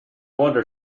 wonder